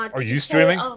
um are you streaming? um